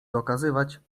dokazywać